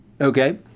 okay